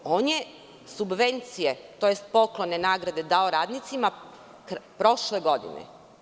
On je subvencije, tj. poklone, nagrade dao radnicima prošle godine.